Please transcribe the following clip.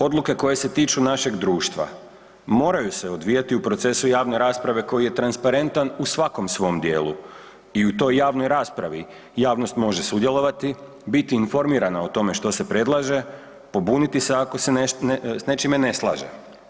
Odluke koje se tiču našeg društva moraju se odvijati u procesu javne rasprave koji je transparentan u svakom svom dijelu u i toj javnoj raspravi javnost može sudjelovati, biti informirana o tome što se predlaže, pobuniti se ako se s nečime ne slaže.